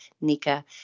Nika